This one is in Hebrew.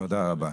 תודה רבה.